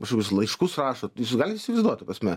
kažkokius laiškus rašo jūs galit įsivaizduot ta prasme